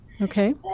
Okay